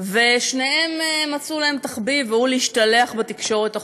ושניהם מצאו להם תחביב: להשתלח בתקשורת החופשית.